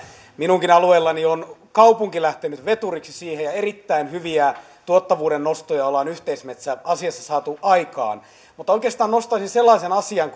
minunkin alueellani on kaupunki lähtenyt veturiksi siihen ja erittäin hyviä tuottavuuden nostoja ollaan yhteismetsäasiassa saatu aikaan mutta oikeastaan nostaisin sellaisen asian